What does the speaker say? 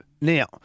Now